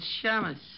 shamus